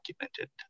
documented